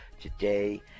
today